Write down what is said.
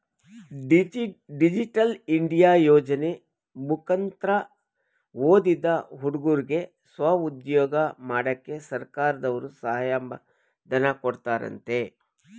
digital India ಯೋಜನೆ ಮುಕಂತ್ರ ಓದಿದ ಹುಡುಗುರ್ಗೆ ಸ್ವಉದ್ಯೋಗ ಮಾಡಕ್ಕೆ ಸರ್ಕಾರದರ್ರು ಸಹಾಯ ಧನ ಕೊಡ್ತಾರಂತೆ